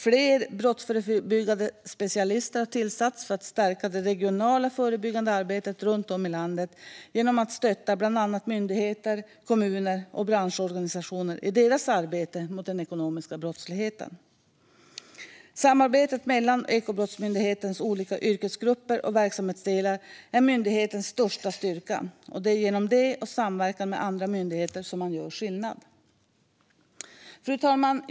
Fler brottsförebyggande specialister har tillsatts för att stärka det regionala förebyggande arbetet runt om i landet genom att stötta bland annat myndigheter, kommuner och branschorganisationer i deras arbete mot den ekonomiska brottsligheten. Samarbetet mellan Ekobrottsmyndighetens olika yrkesgrupper och verksamhetsdelar är myndighetens största styrka. Det är genom det och samverkan med andra myndigheter som man gör skillnad. Fru talman!